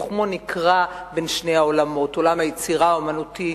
וכמו נקרע בין שני העולמות: עולם היצירה האמנותית